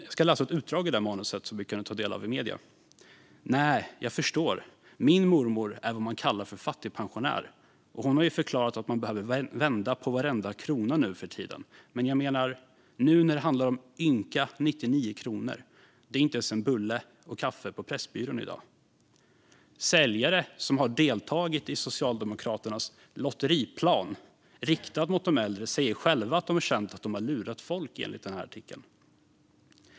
Jag ska läsa ett utdrag ur detta manus, som vi kunde ta del av i medierna: "Nää, jag förstår, min mormor är vad man kallar för fattigpensionär och hon har ju förklarat att man behöver vända på varenda krona nu för tiden men jag menar . nu när det handlar om ynka 99 kronor - det är inte ens en bulle och kaffe på pressbyrån i dag." Säljare som deltagit i Socialdemokraternas lotteriplan riktad mot de äldre säger själva, enligt artikeln, att de har känt att de har lurat folk.